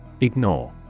Ignore